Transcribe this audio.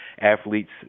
athletes